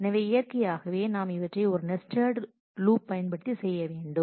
எனவே இயற்கையாகவே நாம் இவற்றை ஒரு நெஸ்ட்டேட் லூப் பயன்படுத்தி செய்ய முடியும்